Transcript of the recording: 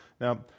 Now